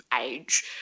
age